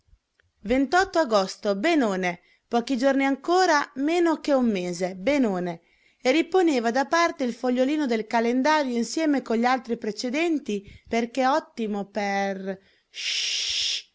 ventotto agosto benone pochi giorni ancora meno che un mese benone e riponeva da parte il fogliolino del calendario insieme con gli altri precedenti perché ottimo per